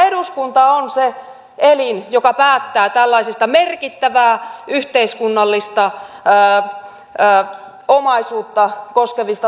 me haluaisimme että eduskunta on se elin joka päättää tällaisista merkittävää yhteiskunnallista omaisuutta koskevista tasesiirroista